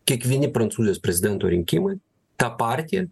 kiekvieni prancūzijos prezidento rinkimai ta partija